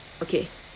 okay